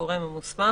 הגורם המוסמך),